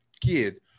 kid